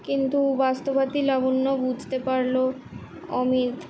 কিন্তু বাস্তবাদী লাবণ্য বুঝতে পারলো অমিত